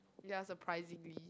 ya surprisingly